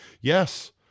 Yes